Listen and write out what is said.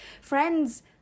friends